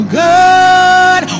good